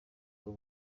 ubu